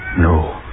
No